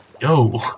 Yo